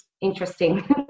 interesting